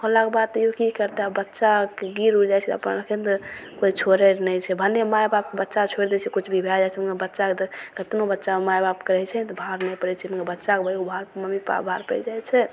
होलाके बाद तइयो की करतय बच्चा गिर उर जाइ छै तखन तऽ कोइ छोड़य नहि छै भने माय बाप बच्चा छोड़ि दै छै किछु भी भए जाइ तऽ बच्चाके तऽ केतनो बच्चा माय बाप करय छै नहि तऽ भार नहि पड़य छै लेकिन बच्चाके भार मम्मी पापा भार पड़ि जाइ छै